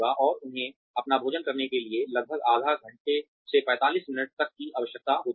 और उन्हें अपना भोजन करने के लिए लगभग आधे घंटे से 45 मिनट तक की आवश्यकता होती है